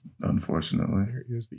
Unfortunately